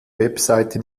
webseite